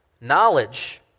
Knowledge